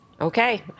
Okay